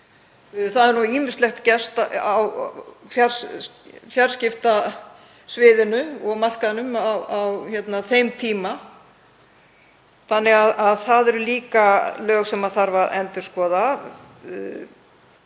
Það hefur ýmislegt gerst á fjarskiptasviðinu og -markaðnum á þeim tíma þannig að það eru líka lög sem þarf að endurskoða.